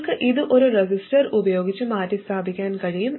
നിങ്ങൾക്ക് ഇത് ഒരു റെസിസ്റ്റർ ഉപയോഗിച്ച് മാറ്റിസ്ഥാപിക്കാൻ കഴിയും